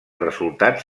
resultat